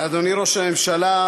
אדוני ראש הממשלה,